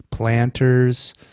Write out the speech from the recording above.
planters